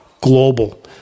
Global